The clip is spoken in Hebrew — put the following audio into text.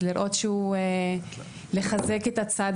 אז להראות לו את זה ולחזק בו את הצד